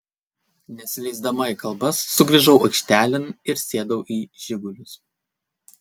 nesileisdama į kalbas sugrįžau aikštelėn ir sėdau į žigulius